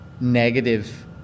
negative